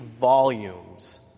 volumes